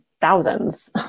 thousands